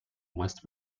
west